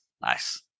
Nice